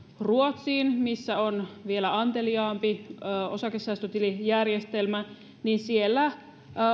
ruotsiin missä on vielä anteliaampi osakesäästötilijärjestelmä niin siellä